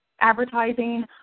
advertising